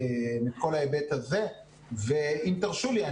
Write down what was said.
אם תרשו לי,